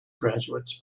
graduates